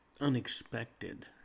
unexpected